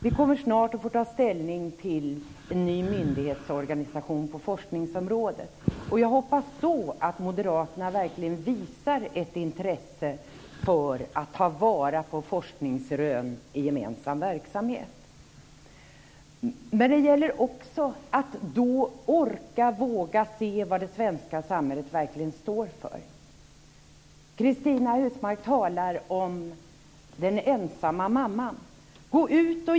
Vi kommer snart att få ta ställning till en ny myndighetsorganisation på forskningsområdet, och jag hoppas att moderaterna verkligen ska visa ett intresse för att ta vara på forskningsrön i gemensam verksamhet. Det gäller då även att orka och våga se vad det svenska samhället verkligen står för. Cristina Husmark Pehrsson talar om den ensamma mamman.